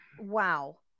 wow